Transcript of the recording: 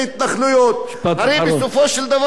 הרי בסופו של דבר אם זה יהיה,